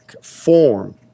form